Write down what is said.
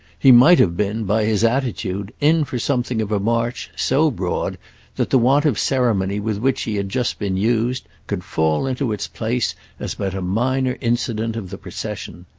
he might have been, by his attitude, in for something of a march so broad that the want of ceremony with which he had just been used could fall into its place as but a minor incident of the procession.